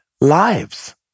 lives